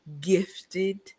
gifted